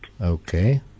Okay